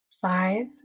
Five